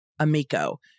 Amico